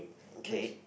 okay